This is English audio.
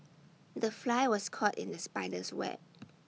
the fly was caught in the spider's web